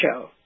show